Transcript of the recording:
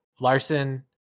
Larson